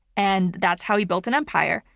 and that's how he built an empire.